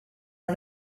are